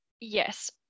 yes